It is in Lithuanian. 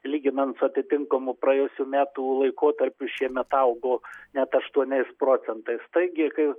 lyginant su atitinkamu praėjusių metų laikotarpiu šiemet augo net aštuoniais procentais taigi kai